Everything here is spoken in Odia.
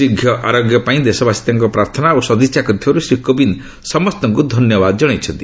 ଶୀଘ୍ର ଆରୋଗ୍ୟ ପାଇଁ ଦେଶବାସୀ ପ୍ରାର୍ଥନା ଓ ସଦ୍ଦିଚ୍ଛା କଣାଇଥିବାରୁ ଶ୍ରୀ କୋବିନ୍ଦ ସମସ୍ତଙ୍କୁ ଧନ୍ୟବାଦ ଜଣାଇଛନ୍ତି